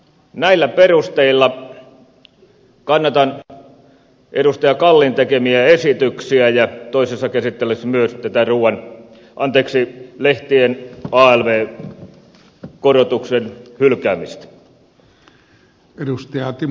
näillä perusteilla kannatan edustaja kallin tekemiä esityksiä ja toisessa käsittelyssä myös tätä lehtien alv korotuksen hylkäämistä